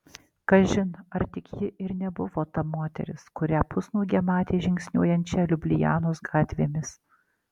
kažin ar tik ji ir nebuvo ta moteris kurią pusnuogę matė žingsniuojančią liublianos gatvėmis